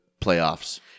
playoffs